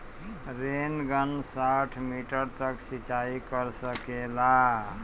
Rain gun साठ metre तक सिचाई कर सकेला का?